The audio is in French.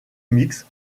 mixte